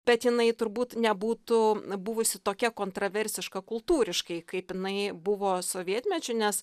bet jinai turbūt nebūtų buvusi tokia kontroversiška kultūriškai kaip jinai buvo sovietmečiu nes